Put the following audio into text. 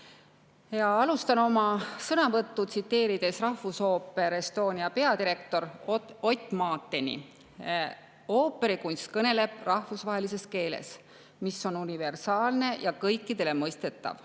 Alustan oma sõnavõttu, tsiteerides Rahvusooper Estonia peadirektorit Ott Maatenit: "Ooperikunst kõneleb rahvusvahelises keeles, mis on universaalne ja kõikidele mõistetav.